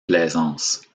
plaisance